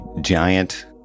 giant